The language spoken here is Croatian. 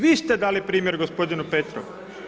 Vi ste dali primjer gospodinu Petrovu.